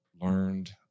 learned